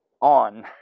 on